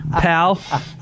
pal